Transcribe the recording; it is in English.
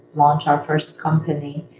launch our first company,